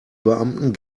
beamten